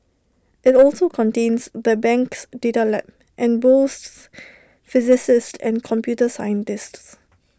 IT also contains the bank's data lab and boasts physicists and computer scientists